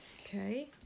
Okay